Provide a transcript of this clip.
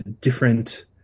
different